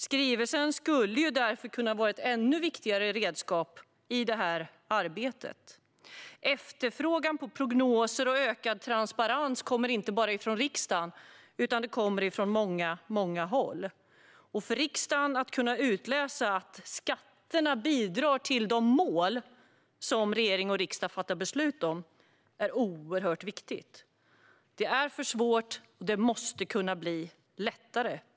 Skrivelsen skulle därför ha kunnat vara ett ännu viktigare redskap i detta arbete. Efterfrågan på prognoser och ökad transparens kommer inte bara från riksdagen utan även från många andra håll. Det är oerhört viktigt för riksdagen att kunna utläsa att skatterna bidrar till de mål som regeringen och riksdagen fattar beslut om. Detta är för svårt och måste kunna bli lättare.